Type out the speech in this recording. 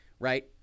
Right